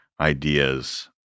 ideas